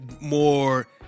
more